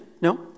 No